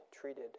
treated